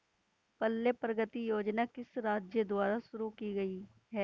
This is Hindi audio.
पल्ले प्रगति योजना किस राज्य द्वारा शुरू की गई है?